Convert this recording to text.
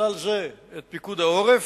בכלל זה את פיקוד העורף,